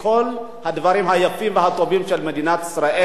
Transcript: כל הדברים היפים והטובים של מדינת ישראל.